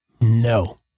No